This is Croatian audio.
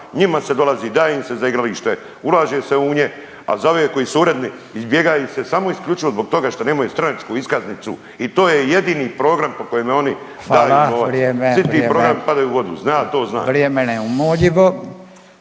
Njima se dolazi, daje im se za igralište, ulaže se u nje a za ove koji su uredni izbjegava ih se samo i isključivo zbog toga što nemaju stranačku iskaznicu i to j je jedini program po kojemu oni daju novac. …/Upadica Radin: Hvala. Vrijeme./… Svi